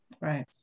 Right